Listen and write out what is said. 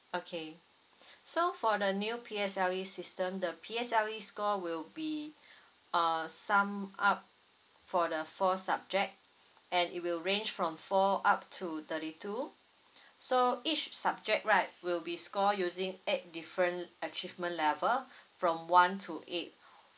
okay so for the new P_S_L_E system the P_S_L_E score will be uh summed up for the four subject and it will range from four up to thirty two so each subject right will be score using eight different achievement level from one to eight